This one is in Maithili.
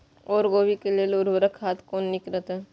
ओर कोबी के लेल उर्वरक खाद कोन नीक रहैत?